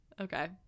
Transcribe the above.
Okay